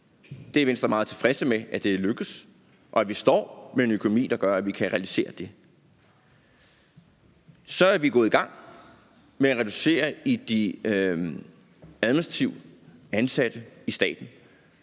det er Venstre meget tilfredse med er lykkedes, og at vi står med en økonomi, der gør, at vi kan realisere det. Så er vi gået i gang med at reducere i forhold til de administrativt ansatte i staten,